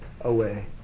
away